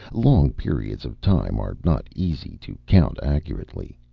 long periods of time are not easy to count accurately.